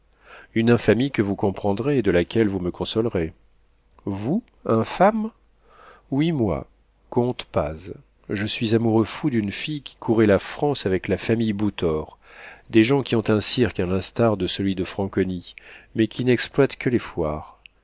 une infamie que vous comprendrez et de laquelle vous me consolerez vous infâme oui moi comte paz je suis amoureux fou d'une fille qui courait la france avec la famille bouthor des gens qui ont un cirque à l'instar de celui de franconi mais qui n'exploitent que les foires